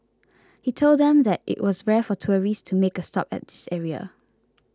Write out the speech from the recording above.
he told them that it was rare for tourists to make a stop at this area